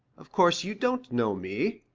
of course you don't know me,